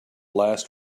last